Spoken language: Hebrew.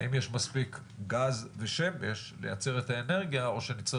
האם יש מספיק גז ושמש לייצר את האנרגיה או שנצטרך